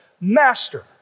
Master